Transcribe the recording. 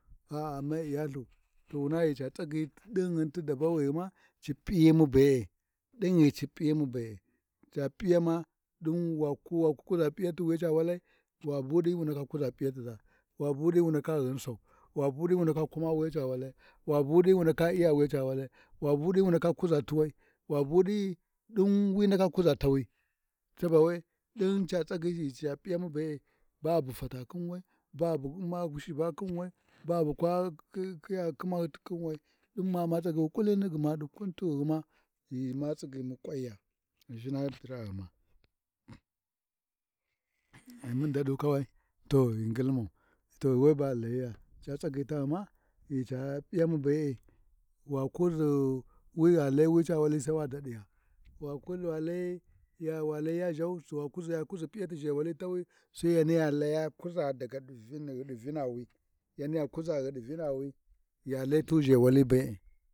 A'a mei iyaLthu, to wuna ca ghi tagyi ɗinghin ti tavavira ci p’iyamu bee, ɗin ghi ci P’iyamu be-e, ca piyama ɗin waku-waku kuʒa P’iyati wi ca walai, wa bu ɗi wu ndaka kuʒa P’iyatiʒa. Wa bu ɗi wundaka ghinsau, wabuɗi wu ndaka kuma wiyi ca walai, wabuɗi wu ndaka iya Wiyi ca walai wabuɗi wu ndaka kuʒa ti wai, wabu ɗu’i wi ɗin ndaka kuʒa tawi, caba we, d’in ca tsagi ghi ca P’iyawu be-e, babu fata khin wai, babu shiba thin wai, ba bu ba ƙil bu kwa khiya khimaghi ti khin wai din ma u'mma tsagyi wi ƙulini ɗin ɗi kutighima, ghi ma tsigyimu ƙwanya. Ghinshin biraghima, mun daɗu kawai to ghi ngilmau to we ba ghi layiya, ca tsagyi taghima ghi ca P’iyamu be-e wa kuʒi wi a lai wi ca wali Sai wa daɗiya, wa ku wa lai, wa lai ya ʒhau wa-ya kuʒi P’iyati ʒhewali tuwi, sai yaniya laya kuʒa daga ɗi vilawi, yaniya kuʒa daga ɗi vinawi, ya lai tu ʒhewali bee.